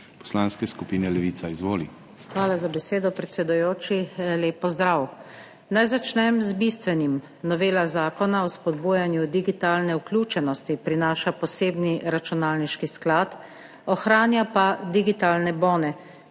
SUKIČ (PS Levica): Hvala za besedo, predsedujoči. Lep pozdrav! Naj začnem z bistvenim. Novela Zakona o spodbujanju digitalne vključenosti prinaša posebni računalniški sklad, ohranja pa digitalne bone,